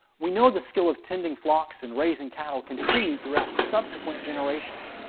we know the skill of tending flocks and raising cattle continued throughout subsequent generations,